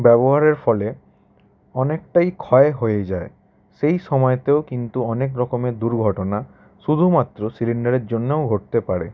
ব্যবহারের ফলে অনেকটাই ক্ষয় হয়ে যায় সেই সময়তেও কিন্তু অনেক রকমের দুর্ঘটনা শুধুমাত্র সিলিন্ডারের জন্যও ঘটতে পারে